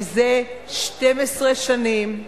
מזה 12 שנים,